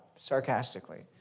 sarcastically